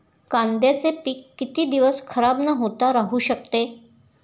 कांद्याचे पीक किती दिवस खराब न होता राहू शकते?